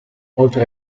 oltre